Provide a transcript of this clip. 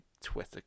Twitter